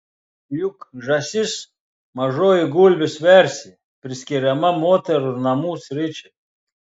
juk žąsis mažoji gulbės versija priskiriama moterų ir namų sričiai